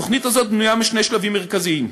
התוכנית הזאת בנויה משני שלבים מרכזיים: